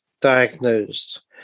diagnosed